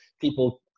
people